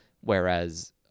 whereas